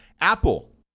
Apple